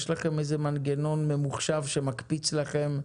יש לכם איזה מנגנון ממוחשב שמקפיץ לכם,